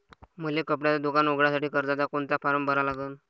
मले कपड्याच दुकान उघडासाठी कर्जाचा कोनचा फारम भरा लागन?